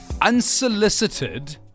Unsolicited